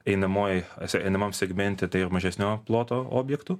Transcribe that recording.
einamojoj ese einamam segmente tai ir mažesnio ploto objektų